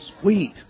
sweet